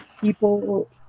people